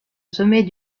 sommet